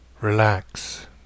relax